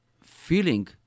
feeling